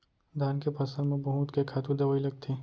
धान के फसल म बहुत के खातू दवई लगथे